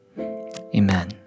amen